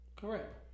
Correct